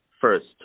first